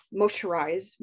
moisturize